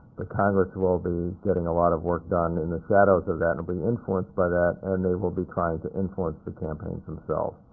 congress will be getting a lot of work done in the shadows of that and will be influenced by that, and they will be trying to influence the campaigns themselves.